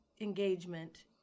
engagement